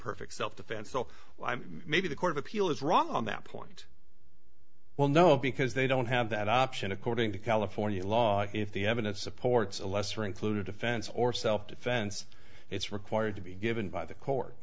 imperfect self defense so maybe the court of appeal is wrong on that point well no because they don't have that option according to california law if the evidence supports a lesser included offense or self defense it's required to be given by the court